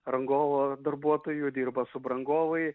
rangovo darbuotojų dirba subrangovai